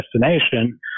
destination